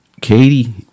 Katie